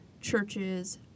churches